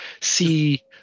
see